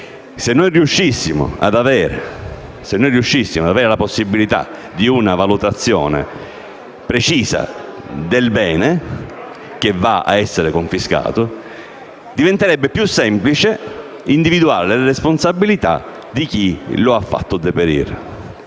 Se noi riuscissimo ad avere la possibilità di una valutazione precisa del bene che va ad essere confiscato, diventerebbe più semplice individuare le responsabilità di chi lo ha fatto deperire.